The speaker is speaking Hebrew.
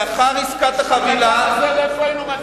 תתבייש לך.